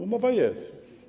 Umowa jest.